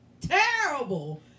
terrible